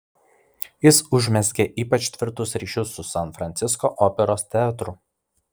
jis užmezgė ypač tvirtus ryšius su san francisko operos teatru